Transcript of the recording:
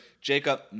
Jacob